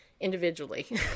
individually